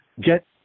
get